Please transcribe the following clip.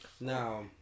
Now